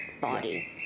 body